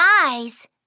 eyes